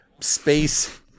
space